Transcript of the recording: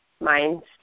minds